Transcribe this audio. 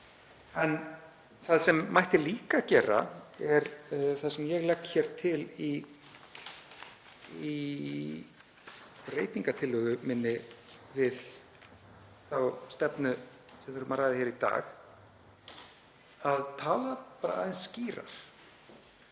Það sem mætti líka gera er það sem ég legg til í breytingartillögu minni við þá stefnu sem við ræðum hér í dag, að tala aðeins skýrar.